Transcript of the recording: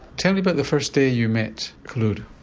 tell me about the first day you met khulod.